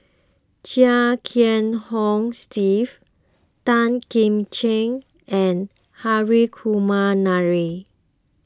Chia Kiah Hong Steve Tan Kim Ching and Hri Kumar Nair